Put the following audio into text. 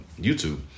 YouTube